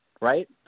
right